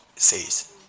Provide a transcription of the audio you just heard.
Says